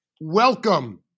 Welcome